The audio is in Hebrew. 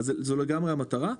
זו לגמרי המטרה.